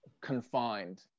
confined